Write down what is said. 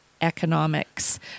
economics